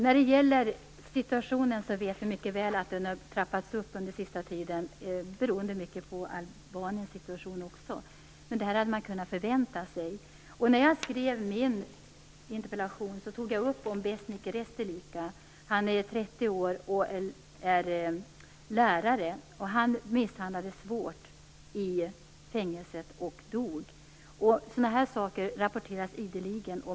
När det gäller situationen vet vi mycket väl att den har trappats upp under den sista tiden, mycket beroende på Albaniens situation. Men det här hade man kunnat förvänta sig. När jag skrev min interpellation tog jag upp fallet med en alban som var 30 år och lärare. Han misshandlades svårt i fängelset och dog. Sådana här saker rapporteras ideligen.